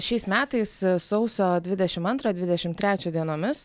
šiais metais sausio dvidešimt antrą dvidešimt trečia dienomis